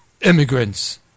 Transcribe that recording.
immigrants